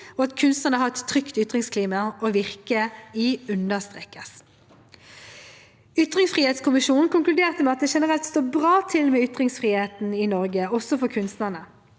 og at kunstnerne har et trygt ytringsklima å virke i, understrekes. Ytringsfrihetskommisjonen konkluderte med at det generelt står bra til med ytringsfriheten i Norge – også for kunstnerne.